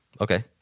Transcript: Okay